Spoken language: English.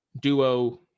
duo